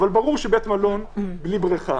אבל ברור שבית מלון בלי בריכה,